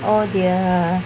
oh dear